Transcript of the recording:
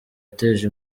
cyateje